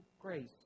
grace